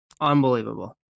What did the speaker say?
Unbelievable